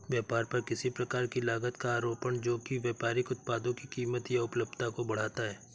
व्यापार पर किसी प्रकार की लागत का आरोपण जो कि व्यापारिक उत्पादों की कीमत या उपलब्धता को बढ़ाता है